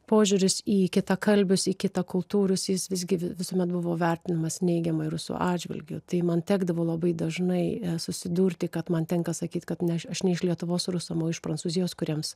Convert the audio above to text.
požiūris į kitakalbius į kitą kultūrius jis visgi visuomet buvo vertinamas neigiamai rusų atžvilgiu tai man tekdavo labai dažnai susidurti kad man tenka sakyt kad ne aš ne iš lietuvos rusam o iš prancūzijos kuriems